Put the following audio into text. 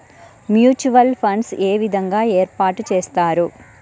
Mutual funds ఏ విధంగా ఏర్పాటు చేస్తారు?